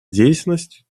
деятельность